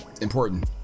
important